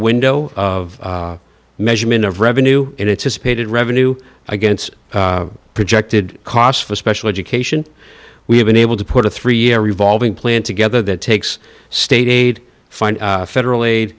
window of measurement of revenue and it's dissipated revenue against projected costs for special education we have been able to put a three year revolving plan together that takes state aid find federal aid